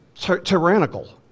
tyrannical